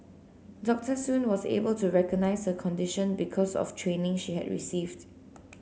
Doctor Soon was able to recognise her condition because of training she had received